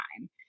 time